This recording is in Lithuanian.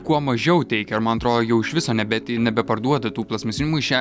kuo mažiau teikia ir man atrodo jau iš viso nebe nebeparduoda tų plastmasinių maiše